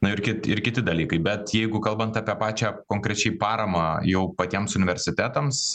na ir kit ir kiti dalykai bet jeigu kalbant apie pačią konkrečiai paramą jau patiems universitetams